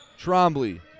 Trombley